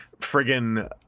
friggin